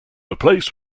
replaced